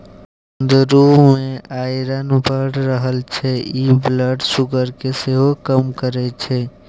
कुंदरु मे आइरन बड़ रहय छै इ ब्लड सुगर केँ सेहो कम करय छै